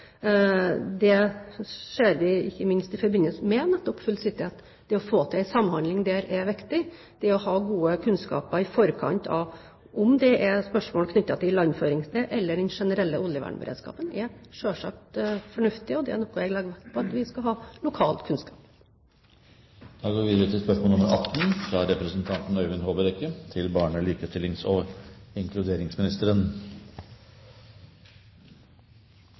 Det ser vi ikke minst i forbindelse med nettopp «Full City» – det å få til en samhandling der er viktig, og det å ha gode kunnskaper i forkant av om det er spørsmål knyttet til ilandføringssted eller den generelle oljevernberedskapen, er selvsagt fornuftig. Det er noe jeg legger vekt på at vi skal ha – lokal kunnskap. «Ifølge statsbudsjettet for 2010 hadde 115 barn og unge vedtak om plassering i fosterhjem og